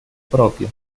propio